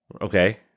Okay